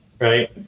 right